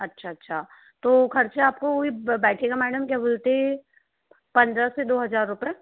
अच्छा अच्छा तो खर्चा आपको वही बैठेगा मैडम क्या बोलते पंद्रह से दो हज़ार रुपये